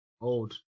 Old